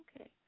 Okay